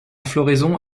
floraison